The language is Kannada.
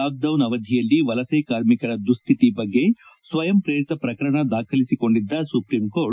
ಲಾಕ್ಡೌನ್ ಅವಧಿಯಲ್ಲಿ ವಲಸೆ ಕಾರ್ಮಿಕರ ದುಶ್ಯಿತಿ ಬಗ್ಗೆ ಸ್ವಯಂಪ್ರೇರಿತ ಪ್ರಕರಣ ದಾಖಲಿಸಿಕೊಂಡಿದ್ದ ಸುಪ್ರೀಂಕೋರ್ಟ್